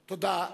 תודה.